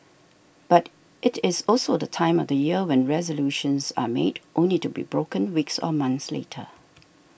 but it is also the time of year when resolutions are made only to be broken weeks or months later